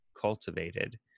cultivated